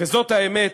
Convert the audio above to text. וזאת האמת,